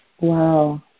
Wow